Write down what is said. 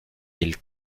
del